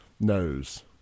knows